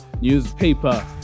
newspaper